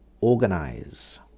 organize